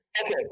okay